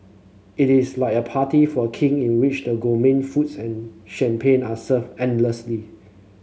it is like a party for a King in which the foods and champagne are served endlessly